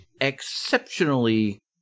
exceptionally